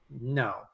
No